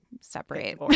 separate